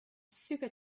super